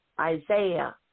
Isaiah